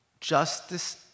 Justice